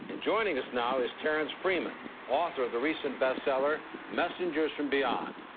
and joining us now is terrence freeman author of the recent best seller messengersrom beyond.